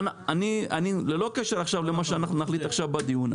ללא קשר למה שנחליט עכשיו בדיון,